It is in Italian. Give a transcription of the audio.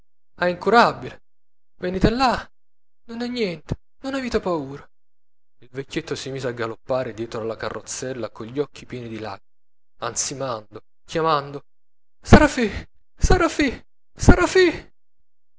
a nnincurabile venite llà nun è niente nun avite paura il vecchietto si mise a galoppare dietro alla carrozzella con gli occhi pieni di lacrime ansimando chiamando sarrafì sarrafì sarrafì